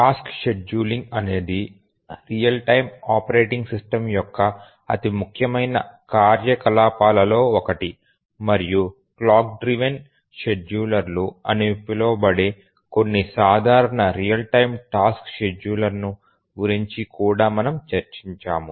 task scheduling అనేది real time operating system యొక్క అతి ముఖ్యమైన కార్యకలాపాలలో ఒకటి మరియు క్లాక్ డ్రివెన్ షెడ్యూలర్లు అని పిలువబడే కొన్ని సాధారణ రియల్ టైమ్ టాస్క్ షెడ్యూలర్లను గురించి కూడా మనము చర్చించాము